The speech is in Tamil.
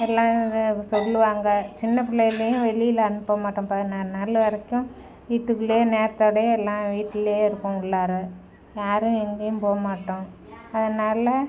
எல்லாம் இங்கே சொல்லுவாங்க சின்ன பிள்ளையிலையும் வெளியில் அனுப்ப மாட்டோம் பதினாறு நாள் வரைக்கும் வீட்டுக்குள்ளேயே நேரத்தோடயே எல்லாம் வீட்டிலே இருப்போம் உள்ளார யாரும் எங்கையும் போக மாட்டோம் அதனால்